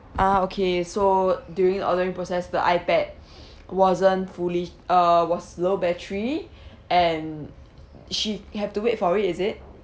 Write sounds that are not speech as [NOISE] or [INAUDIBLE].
ah okay so during the ordering process the iPad [BREATH] wasn't fully uh was low battery [BREATH] and she had to wait for it is it